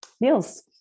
Niels